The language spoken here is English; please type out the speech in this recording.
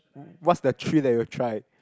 what's the three that you've tried